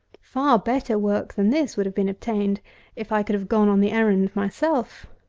far better work than this would have been obtained if i could have gone on the errand myself.